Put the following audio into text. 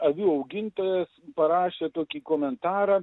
avių augintojas parašė tokį komentarą